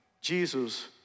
Jesus